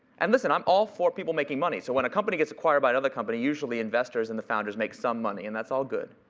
and listen, i'm all for people making money. so when a company gets acquired by another company, usually investors and the founders make some money and that's all good.